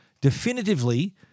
definitively